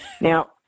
Now